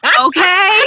okay